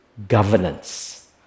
Governance